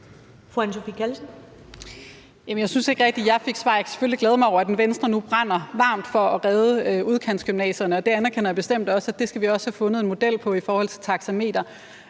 Jeg synes ikke rigtig, jeg fik svar. Jeg kan selvfølgelig glæde mig over, at Venstre nu brænder varmt for at redde udkantsgymnasierne, og det anerkender jeg bestemt også, og det skal vi også have fundet en model for i forhold til taxameteret.